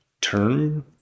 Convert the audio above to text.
turn